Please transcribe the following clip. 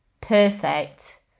perfect